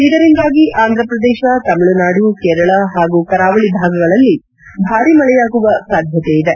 ಇದರಿಂದಾಗಿ ಆಂಧ್ರಪ್ರದೇಶ ತಮಿಳುನಾಡು ಕೇರಳ ಹಾಗೂ ಕರಾವಳಿ ಭಾಗಗಳಲ್ಲಿ ಭಾರಿ ಮಳೆಯಾಗುವ ಸಾಧ್ಲತೆ ಇದೆ